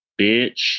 bitch